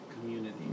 community